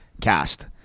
cast